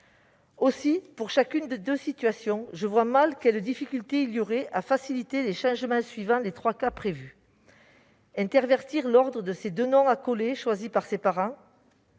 Aussi, pour chacune des deux situations, je vois mal quelle difficulté il y aurait à faciliter les changements dans les trois cas prévus : intervertir l'ordre de ses deux noms accolés choisis par ses parents